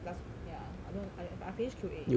last ya I don't I I I finish Q_A